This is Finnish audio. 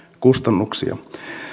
kustannuksia